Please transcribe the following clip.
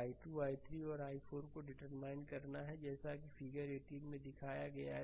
i2 i3 और i4 को determine करना है जैसा कि फिगर 18 में दिखाया गया है